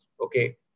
Okay